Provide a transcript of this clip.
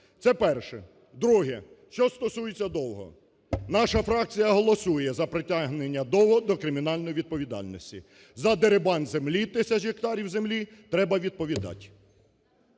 Це перше. Друге, що стосується Довгого. Наша фракція голосує за притягнення Довгого до кримінальної відповідальності. За дерибан землі, тисяч гектарів землі треба відповідати.